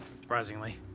Surprisingly